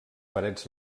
parets